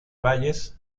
valles